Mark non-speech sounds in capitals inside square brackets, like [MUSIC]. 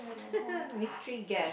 [LAUGHS] mystery guest